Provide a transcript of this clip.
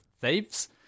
thieves